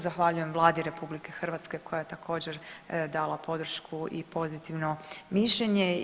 Zahvaljujem Vladi RH koja je također dala podršku i pozitivno mišljenje.